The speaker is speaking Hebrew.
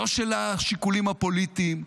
לא של השיקולים הפוליטיים,